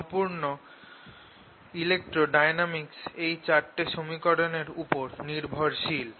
সম্পূর্ণ ইলেক্ট্রডায়নামিক্স এই চারটে সমীকরণের উপর নির্ভরশীল